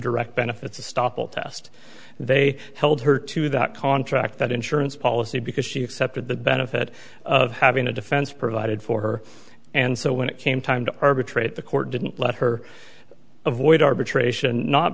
direct benefits of stoppel test they held her to that contract that insurance policy because she accepted the benefit of having a defense provided for her and so when it came time to arbitrate the court didn't let her avoid arbitration not